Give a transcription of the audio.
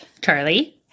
Charlie